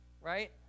right